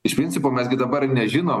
iš principo mes gi dabar nežinom